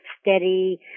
steady